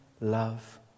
love